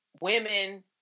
women